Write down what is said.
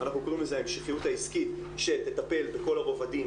אנחנו קוראים לזה המשכיות עסקית שתטפל בכל הרבדים